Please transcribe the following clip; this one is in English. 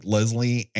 Leslie